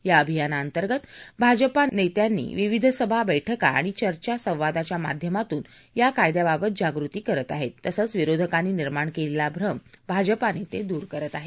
या अभियानाअंतर्गत भाजपा नेत्यांकडून विविध सभा बस्किा आणि चर्चा आणि संवादाच्या माध्यमातून या कायद्याबाबत जागृती केली जात आहे तसंच विरोधकांनी निर्माण केलेला भ्रम भाजपा नेते दूर करत आहेत